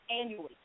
annually